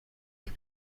ich